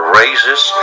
raises